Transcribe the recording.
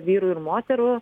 vyrų ir moterų